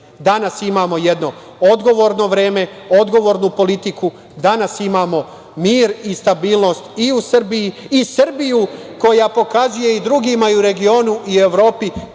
imamo jedno odgovorno vreme, odgovornu politiku. Danas imamo mir i stabilnost i u Srbiji i Srbiju koja pokazuje i drugima u regionu i Evropi